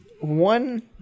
one